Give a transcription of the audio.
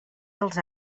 dels